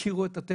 קודם כל,